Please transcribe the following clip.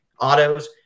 autos